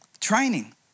Training